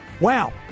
wow